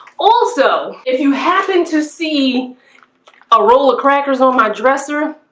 also if you happen to see a roll of crackers on my dresser